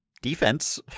defense